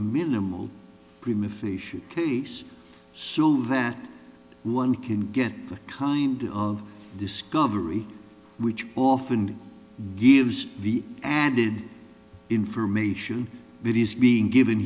facia case so that one can get a kind of discovery which often gives the added information that is being given